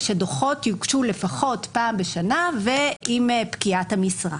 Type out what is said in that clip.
ושדוחות יוגשו לפחות פעם בשנה ועם פקיעת המשרה.